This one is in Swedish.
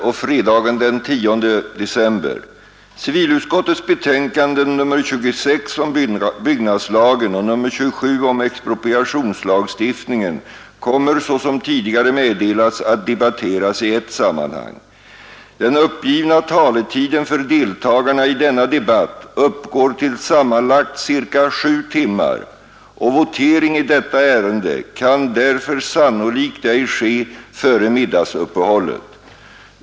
Civilutskottets betänkanden nr 26 om byggnadslagen och nr 27 om expropriationslagstiftningen kommer såsom tidigare meddelats att debatteras i ett sammanhang. Den uppgivna taletiden för deltagarna i denna debatt uppgår till sammanlagt cirka sju timmar, och votering i detta ärende kan därför sannolikt ej ske före middagsuppehållet.